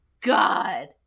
god